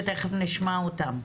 ותיכף נשמע אותם,